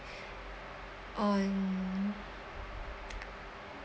on